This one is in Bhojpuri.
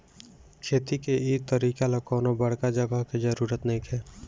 खेती के इ तरीका ला कवनो बड़का जगह के जरुरत नइखे